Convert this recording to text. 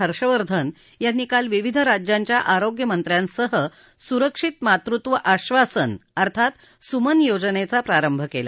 हर्षवर्धन यांनी काल विविध राज्यांच्या आरोग्य मंत्र्यांसह सुरक्षित मातृत्व आश्वासन अर्थात सुमन योजनेचा प्रारंभ केला